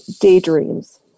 daydreams